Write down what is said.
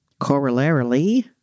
Corollarily